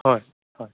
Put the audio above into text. হয় হয়